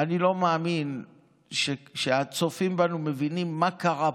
לא מאמין שהצופים בנו מבינים מה קרה פה,